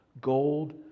gold